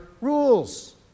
rules